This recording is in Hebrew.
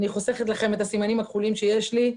אני חושפת לכם את הסימנים הכחולים שיש לי.